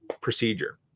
procedure